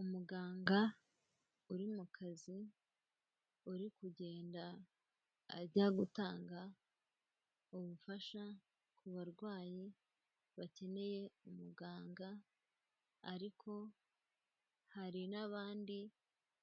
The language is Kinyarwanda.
Umuganga uri mu kazi uri kugenda ajya gutanga ubufasha ku barwayi bakeneye umuganga, ariko hari n'abandi